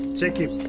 thank you,